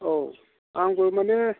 औ आंबो माने